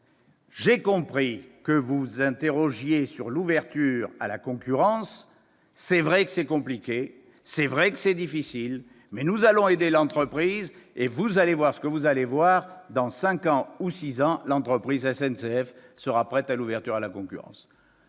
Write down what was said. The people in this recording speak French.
bien compris que vous vous interrogiez sur l'ouverture à la concurrence, et c'est vrai que c'est un problème compliqué. Mais nous allons aider l'entreprise, et vous allez voir ce que vous allez voir : dans cinq ou six ans, l'entreprise SNCF sera prête à l'ouverture à la concurrence